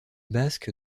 basque